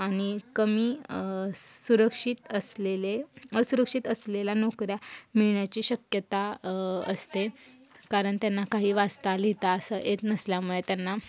आणि कमी सुरक्षित असलेले असुरक्षित असलेल्या नोकऱ्या मिळण्याची शक्यता असते कारण त्यांना काही वाचता लिहिता असं येत नसल्यामुळे त्यांना